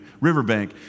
riverbank